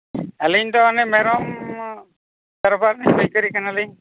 ᱟᱹᱞᱤᱧ ᱫᱚ ᱚᱱᱮ ᱢᱮᱨᱚᱢ ᱯᱟᱹᱭᱠᱟᱹᱨᱤ ᱠᱟᱱᱟᱞᱤᱧ